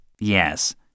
Yes